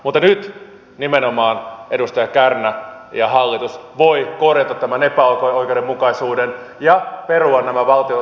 mutta nyt nimenomaan edustaja kärnä ja hallitus voivat korjata tämän epäoikeudenmukaisuuden ja perua nämä valtionosuusleikkaukset